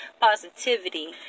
positivity